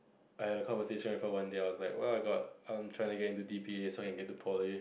I had a conversation with her one day I was like oh my god I'm trying to get to D_P_A so I can get into Poly